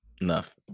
enough